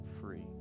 free